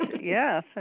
yes